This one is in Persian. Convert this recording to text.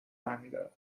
برمیدارد